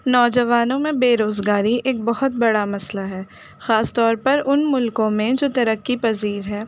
نوجوانوں میں بےروزگاری ایک بہت بڑا مسئلہ ہے خاص طور پر ان ملکوں میں جو ترقی پذیر ہے